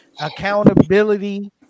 Accountability